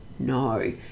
No